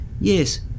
Yes